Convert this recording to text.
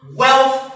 wealth